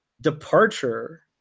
departure –